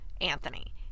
Anthony